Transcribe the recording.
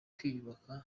kwiyubaka